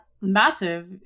massive